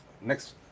Next